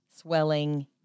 swelling